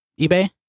eBay